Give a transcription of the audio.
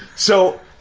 so,